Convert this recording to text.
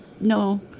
no